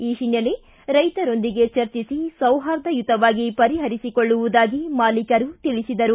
ಈ ಹಿನ್ನೆಲೆ ರೈತರೊಂದಿಗೆ ಚರ್ಚಿಸಿ ಸೌಹಾರ್ದಯುತವಾಗಿ ಪರಿಹರಿಸಿಕೊಳ್ಳುವುದಾಗಿ ಮಾಲೀಕರು ತಿಳಿಸಿದರು